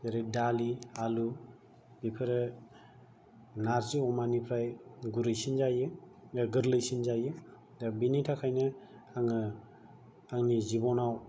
जेरै दालि आलु बेफोरो नार्जि अमानिफ्राय गुरैसिन जायो गोरलैसिन जायो दा बेनि थाखायनो आङो आंनि जिबनाव